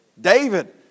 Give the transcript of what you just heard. David